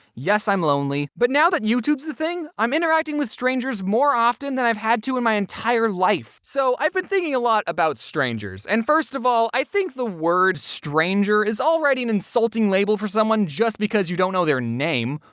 yes, i'm lonely. but now that youtube's the thing, i'm interacting with strangers more often than i've had to in my entire life! so i've been thinking a lot about strangers, and first of all, i think the word stranger is already an insulting label for someone just because you don't know their name.